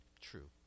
true